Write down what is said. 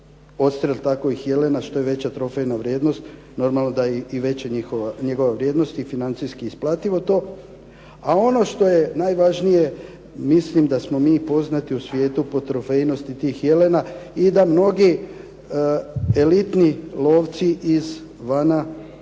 odstrel takvih jelena što je veća trofejna vrijednost normalno da je i veća njegova vrijednost i financijski isplativo to. A ono što je najvažnije mislim da smo mi poznati u svijetu po trofejnosti tih jelena i da mnogi elitni lovci izvana